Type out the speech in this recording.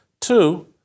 Two